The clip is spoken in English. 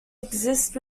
exist